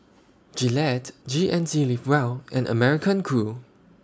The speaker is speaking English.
Gillette G N C Live Well and American Crew